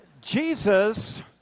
Jesus